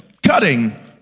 Cutting